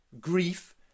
grief